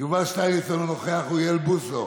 יובל שטייניץ, אינו נוכח, אוריאל בוסו,